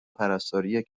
پرستاری